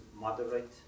moderate